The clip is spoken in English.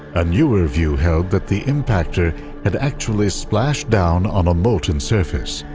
a newer view held that the impactor had actually splashed down on a molten surface.